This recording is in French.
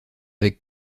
avec